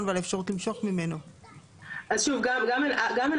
גם ענף חברות הביצוע הוא יחסית חדש,